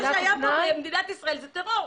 מה שהיה פה במדינת ישראל זה טרור.